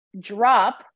drop